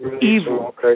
evil